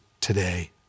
today